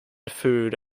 food